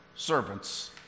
Servants